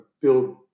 build